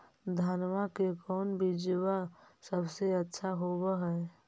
धनमा के कौन बिजबा सबसे अच्छा होव है?